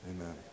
Amen